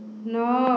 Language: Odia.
ନଅ